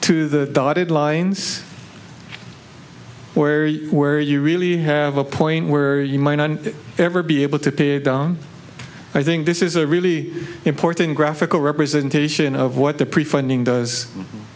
to the dotted lines where where you really have a point where you might one ever be able to pay down i think this is a really important graphical representation of what the prefunding does